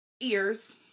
Ears